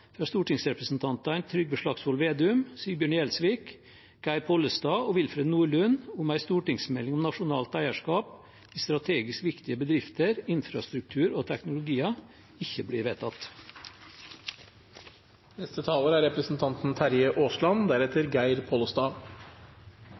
fra stortingsrepresentantene Trygve Slagsvold Vedum, Sigbjørn Gjelsvik, Geir Pollestad og Willfred Nordlund om en stortingsmelding om nasjonalt eierskap i strategisk viktige bedrifter, infrastruktur og teknologier, ikke blir vedtatt.